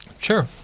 Sure